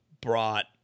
brought